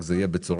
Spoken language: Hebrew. רק זה יהיה בצורה